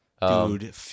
Dude